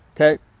okay